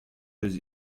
eus